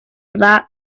that